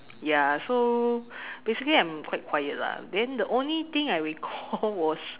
ya so basically I'm quite quiet lah then the only thing I recall was